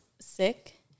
sick